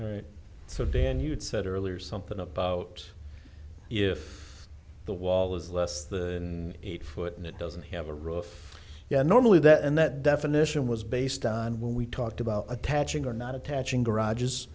right so dan you had said earlier something about if the wall is less than eight foot and it doesn't have a roof yeah normally that and that definition was based on when we talked about attaching or not attaching garages